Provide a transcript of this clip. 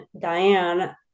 diane